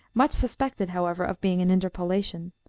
much suspected, however, of being an interpolation,